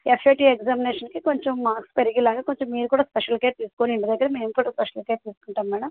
SIT ఎగ్జామినేషన్కి కొంచెం marks పెరిగేలాగా కొంచెం మీరు కూడా స్పెషల్ కేర్ తీసుకోండి ఎందుకంటే మేము కూడా స్పెషల్ కేర్ తీసుకుంటాం మేడం